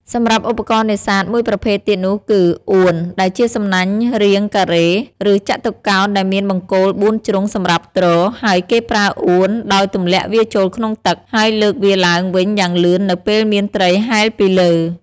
សម្រាប់់ឧបករណ៍នេសាទមួយប្រភេទទៀតនោះគឺ អួន ដែលជាសំណាញ់រាងការ៉េ ឬចតុកោណដែលមានបង្គោលបួនជ្រុងសម្រាប់ទ្រ ហើយគេប្រើ អួន ដោយទម្លាក់វាចូលក្នុងទឹក ហើយលើកវាឡើងវិញយ៉ាងលឿននៅពេលមានត្រីហែលពីលើ។